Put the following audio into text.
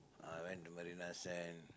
I went to Marina Sands